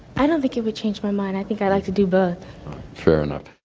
i don't think it would change my mind i think i like a diva fair enough.